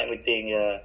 really ah